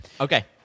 Okay